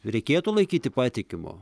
reikėtų laikyti patikimu